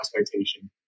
expectation